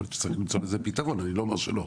יכול להיות שצריך למצוא לזה פתרון אני לא אומר שלא,